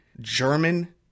German